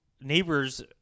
neighbors